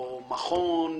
או מכון,